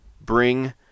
bring